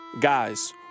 Guys